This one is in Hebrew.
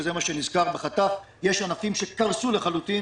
שנזכר כאן בחטף: יש ענפים שקרסו לחלוטין